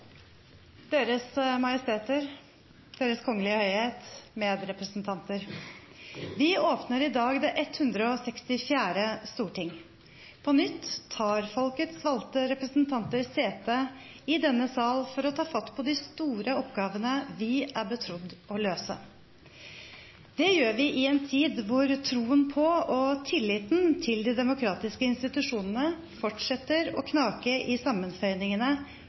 Deres Majesteter, Deres Kongelige Høyhet, medrepresentanter! Vi åpner i dag det 164. storting. På nytt tar folkets valgte representanter sete i denne sal for å ta fatt på de store oppgavene vi er betrodd å løse. Det gjør vi i en tid hvor troen på og tilliten til de demokratiske institusjonene fortsetter å knake i